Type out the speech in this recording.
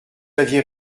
aviez